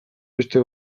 beste